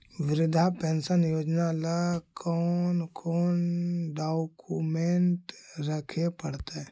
वृद्धा पेंसन योजना ल कोन कोन डाउकमेंट रखे पड़तै?